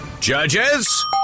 judges